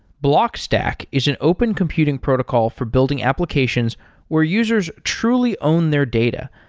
blockstack is an open computing protocol for building applications where users truly own their data.